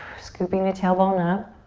scooping the tailbone up.